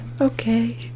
Okay